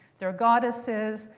there are goddesses.